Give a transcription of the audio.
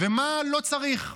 ומה לא צריך.